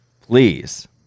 please